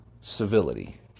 Civility